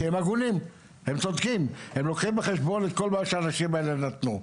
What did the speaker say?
כי הם הגונים והם צודקים והם לוקחים בחשבון את כל מה שהאנשים האלה נתנו,